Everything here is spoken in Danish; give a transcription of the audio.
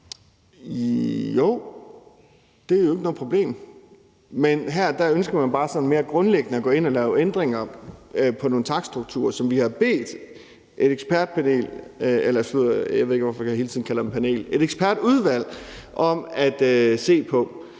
Jo, det er jo ikke noget problem. Men her ønsker man bare sådan mere grundlæggende at gå ind og lave ændringer på nogle takststrukturer, som vi har bedt et ekspertudvalg om at se på.